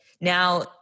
now